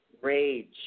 Rage